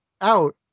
out